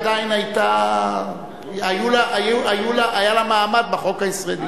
עדיין היה לה מעמד בחוק הישראלי.